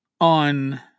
on